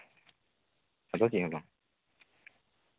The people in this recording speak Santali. ᱟᱫᱚ ᱪᱮᱫ ᱦᱚᱸ ᱵᱟᱝ